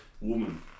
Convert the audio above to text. Woman